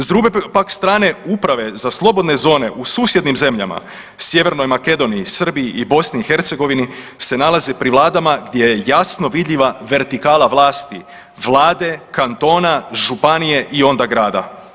S druge pak strane, uprave za slobodne zone u susjednim zemljama, Sjevernoj Makedoniji, Srbiji i BiH se nalaze pri vladama gdje je jasno vidljiva vertikala vlasti, vlade, kantona, županije i onda grada.